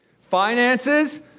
Finances